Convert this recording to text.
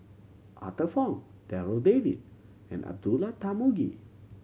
Arthur Fong Darryl David and Abdullah Tarmugi